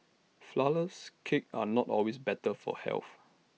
Flourless Cakes are not always better for health